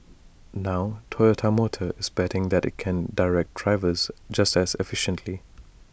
now Toyota motor is betting that IT can direct drivers just as efficiently